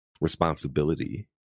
responsibility